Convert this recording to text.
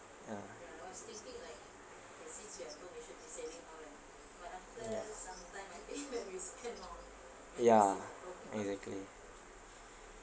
ya exactly